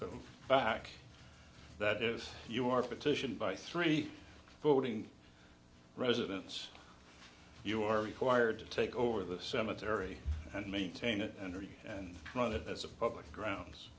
them back that if you are petition by three voting residence you are required to take over the cemetery and maintain it and read and run it as a public grounds